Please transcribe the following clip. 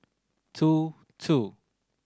two two